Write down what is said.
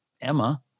Emma